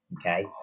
okay